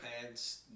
pads